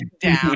down